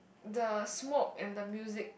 the smoke and the music